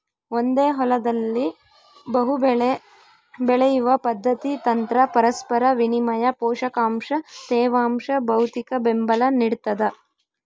ಒಂದೇ ಹೊಲದಲ್ಲಿ ಬಹುಬೆಳೆ ಬೆಳೆಯುವ ಪದ್ಧತಿ ತಂತ್ರ ಪರಸ್ಪರ ವಿನಿಮಯ ಪೋಷಕಾಂಶ ತೇವಾಂಶ ಭೌತಿಕಬೆಂಬಲ ನಿಡ್ತದ